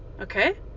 Okay